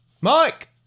Mike